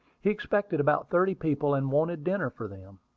he expected about thirty people, and wanted dinner for them.